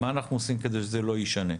מה אנחנו עושים כדי שזה לא ישנה?